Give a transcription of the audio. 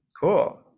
Cool